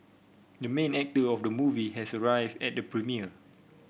the main actor of the movie has arrived at the premiere